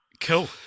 cool